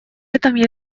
этом